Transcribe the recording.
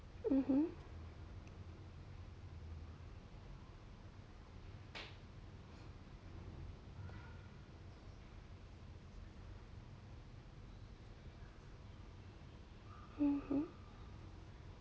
mmhmm mmhmm